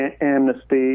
amnesty